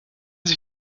sie